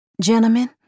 Gentlemen